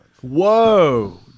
Whoa